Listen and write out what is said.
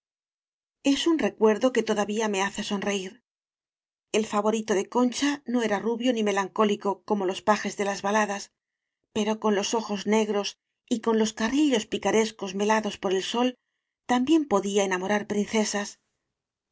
es un re cuerdo que todavía me hace sonreír el iavorito de concha no era rubio ni melan cólico como los pajes de las baladas pero con los ojos negros y con los carrillos pica rescos melados por el sol también podía enamorar princesas